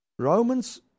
Romans